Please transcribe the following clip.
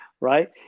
right